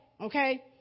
Okay